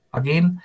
again